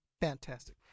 Fantastic